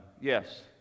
Yes